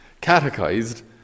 catechized